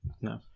No